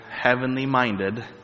heavenly-minded